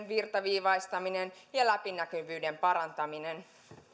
virtaviivaistaminen ja läpinäkyvyyden parantaminen